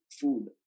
food